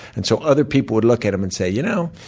and so other people would look at them and say, you know,